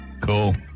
Cool